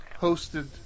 hosted